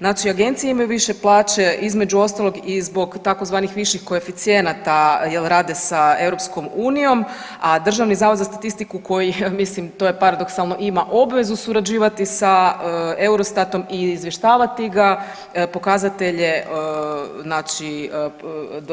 Znači agencije imaju više plaće, između ostalog i zbog tzv. viših koeficijenata jel rade sa EU, a Državni zavod za statistiku koji mislim to je paradoksalno ima obvezu surađivati sa Eurostatom i izvještavati ga, pokazatelje znači